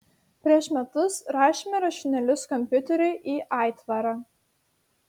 prieš metus rašėme rašinėlius kompiuteriu į aitvarą